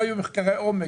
לא כולם מסכימים.